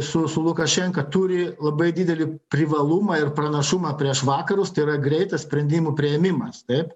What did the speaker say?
su su lukašenka turi labai didelį privalumą ir pranašumą prieš vakarus tai yra greitas sprendimų priėmimas taip